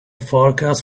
forecast